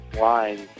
lines